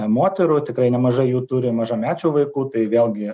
moterų tikrai nemažai jų turi mažamečių vaikų tai vėlgi